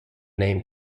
name